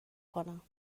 کنم